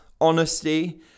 honesty